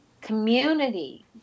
community